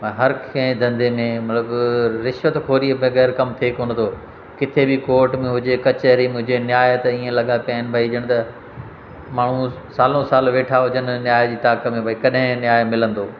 ऐं हर कंहिं धंधे में मतिलबु रिश्वत खोरी बग़ैर कम थिए कोन थो किथे बि कोट में हुजे कचहरी में हुजे न्याय त इएं लॻा पिया आहिनि भाई ॼण त माण्हू सालों साल वेठा हुजनि न्याय जी ताक़त में भाई कॾहिं न्याय मिलंदो